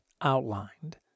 outlined